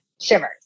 shivers